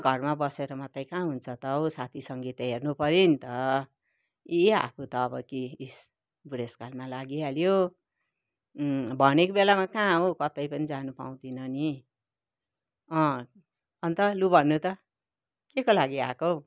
घरमा बसेर मात्रै कहाँ हुन्छ त हौ साथी सङ्गी त हेर्नु पऱ्यो नि त इ आफू त अब कि इस बुढेसकाल लागिहाल्यो भनेको बेलामा कहाँ हौ कतै पनि जानु पाउँदिनँ नि अँ अन्त लु भन्नु त के को लागि आएको हौ